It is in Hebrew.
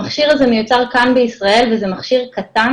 המכשיר הזה מיוצר כאן בישראל וזה מכשיר קטן